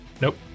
Nope